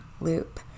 loop